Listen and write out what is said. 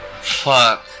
Fuck